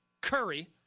Curry